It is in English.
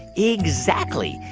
exactly.